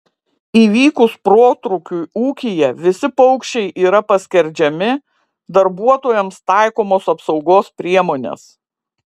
įvykus protrūkiui ūkyje visi paukščiai yra paskerdžiami darbuotojams taikomos apsaugos priemonės